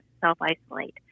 self-isolate